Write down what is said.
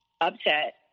upset